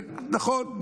נכון,